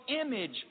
image